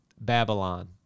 Babylon